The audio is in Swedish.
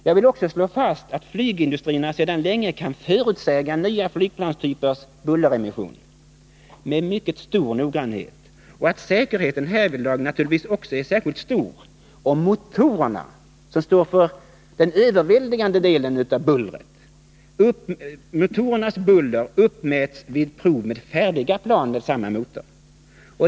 Jag vill här också slå fast att flygindustrierna sedan länge kan förutsäga nya flygplantypers bulleremission med mycket stor noggrannhet och att säkerheten härvidlag naturligtvis är särskilt stor om motorernas buller — motorerna står ju för den överväldigande delen av bullret — uppmätts vid prov med färdiga plan som är försedda med samma motor.